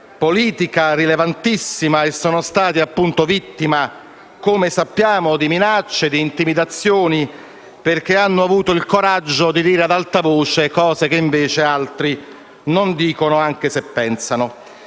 politica rilevantissima, e sono stati vittima, come sappiamo, di minacce e di intimidazioni perché hanno avuto il coraggio di dire ad alta voce cose che invece altri non dicono, anche se le pensano.